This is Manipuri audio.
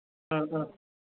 ꯑꯥ ꯑꯥ